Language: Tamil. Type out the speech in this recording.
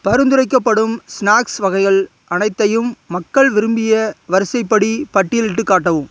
பரிந்துரைக்கப்படும் ஸ்நாக்ஸ் வகைகள் அனைத்தையும் மக்கள் விரும்பிய வரிசைப்படி பட்டியலிட்டுக் காட்டவும்